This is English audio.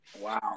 Wow